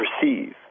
perceive